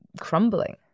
crumbling